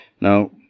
Now